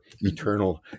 eternal